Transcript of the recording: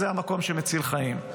מקום שמציל חיים.